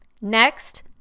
Next